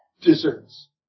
desserts